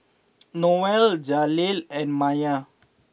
Noelle Jaleel and Myer